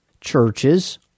Churches